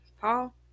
Paul